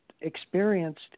experienced